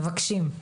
מבקשים.